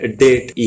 date